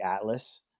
Atlas